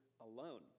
alone